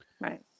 right